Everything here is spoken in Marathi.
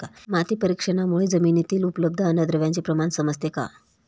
माती परीक्षणामुळे जमिनीतील उपलब्ध अन्नद्रव्यांचे प्रमाण समजते का?